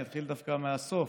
אני אתחיל דווקא מהסוף,